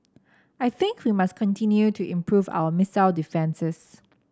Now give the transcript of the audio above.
I think we must continue to improve our missile defences